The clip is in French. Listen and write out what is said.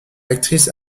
actrice